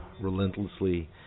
relentlessly